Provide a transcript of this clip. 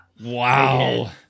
Wow